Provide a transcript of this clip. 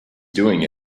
doing